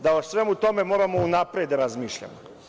Da o svemu tome moramo unapred da razmišljamo.